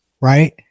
right